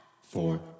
four